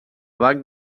banc